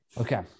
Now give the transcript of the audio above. Okay